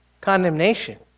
condemnation